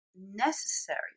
necessary